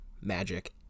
magic